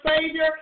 Savior